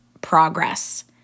progress